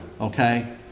okay